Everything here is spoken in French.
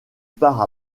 part